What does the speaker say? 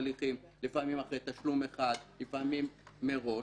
לפעמים אחרי תשלום אחד, לפעמים מראש,